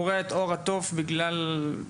באילת וקורע את עור התוף בגלל עומק,